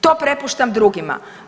To prepuštam drugima.